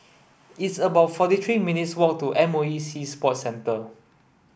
it's about forty three minutes' walk to M O E Sea Sports Centre